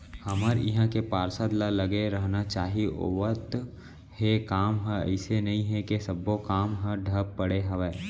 हमर इहाँ के पार्षद ल लगे रहना चाहीं होवत हे काम ह अइसे नई हे के सब्बो काम ह ठप पड़े हवय